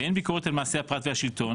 באין ביקורת על מעשה הפרט והשלטון,